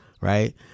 right